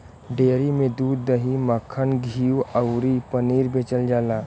dairy में दूध, दही, मक्खन, घीव अउरी पनीर बेचल जाला